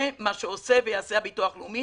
זה מה שעושה ויעשה הביטוח הלאומי,